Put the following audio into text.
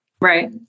Right